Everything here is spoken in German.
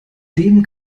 dem